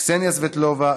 קסניה סבטלובה,